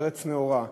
בארץ נאורה,